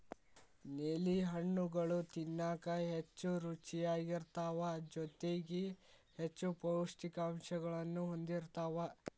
ನೇಲಿ ಹಣ್ಣುಗಳು ತಿನ್ನಾಕ ಹೆಚ್ಚು ರುಚಿಯಾಗಿರ್ತಾವ ಜೊತೆಗಿ ಹೆಚ್ಚು ಪೌಷ್ಠಿಕಾಂಶಗಳನ್ನೂ ಹೊಂದಿರ್ತಾವ